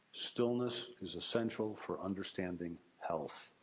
stillness is essential for understanding health.